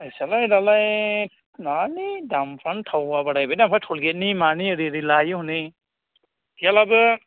फ्रायसालाय दालाय माने दामफ्रानो थावआ बारायबाय ना ओमफ्राय टल गेटनि मानि ओरै ओरै लायो हनै गैयाब्लाबो